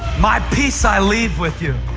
my peace i leave with you,